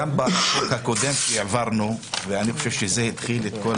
גם בחוק הקודם שהעברנו ואני חושב שזה התחיל את כל